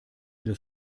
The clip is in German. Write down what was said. des